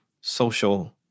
social